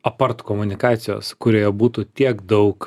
apart komunikacijos kurioje būtų tiek daug